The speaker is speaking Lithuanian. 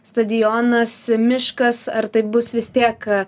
stadionas miškas ar tai bus vis tiek